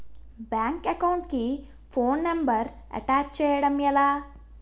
Bank account కి phone number attach చేయడం ఎలా?